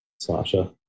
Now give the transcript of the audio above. Sasha